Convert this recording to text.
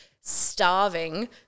starving